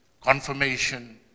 confirmation